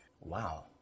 Wow